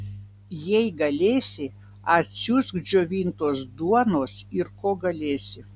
jei galėsi atsiųsk džiovintos duonos ir ko galėsi